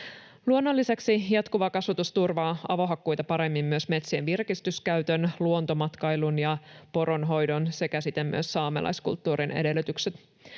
Luonnollisesti jatkuva kasvatus turvaa avohakkuita paremmin myös metsien virkistyskäytön, luontomatkailun ja poronhoidon sekä siten myös saamelaiskulttuurin edellytykset.